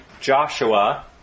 Joshua